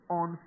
on